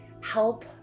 help